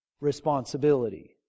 responsibility